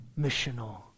missional